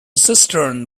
cistern